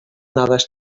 noves